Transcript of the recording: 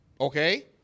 Okay